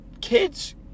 kids